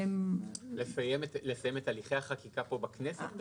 לסיים את הליכי החקיקה כאן בכנסת?